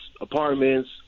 apartments